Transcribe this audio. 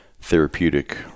Therapeutic